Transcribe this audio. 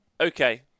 Okay